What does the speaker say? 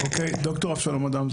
שלום, ד"ר אבשלום אדם.